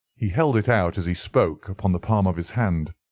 he held it out, as he spoke, upon the palm of his hand.